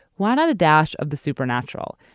why not a dash of the supernatural.